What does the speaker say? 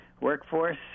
workforce